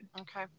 Okay